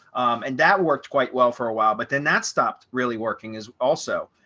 and that worked quite well for a while. but then that stopped really working is also.